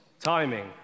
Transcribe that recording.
timing